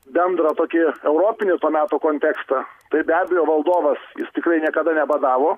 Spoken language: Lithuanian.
bendrą tokį europinį to meto kontekstą tai be abejo valdovas jis tikrai niekada nebadavo